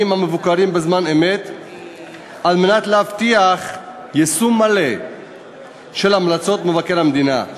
המבוקרים בזמן אמת כדי להבטיח יישום מלא של המלצות מבקר המדינה.